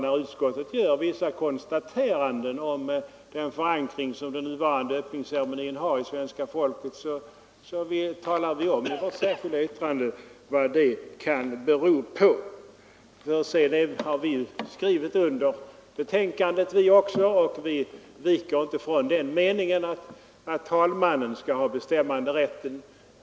När utskottet gör vissa konstateranden om den förankring som den nuvarande öppningsceremonin har i svenska folket talar vi om i det särskilda yttrandet vad det kan bero på. Vi har skrivit under betänkandet, och vi viker inte från meningen att talmannen skall ha bestämmanderätten.